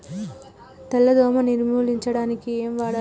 తెల్ల దోమ నిర్ములించడానికి ఏం వాడాలి?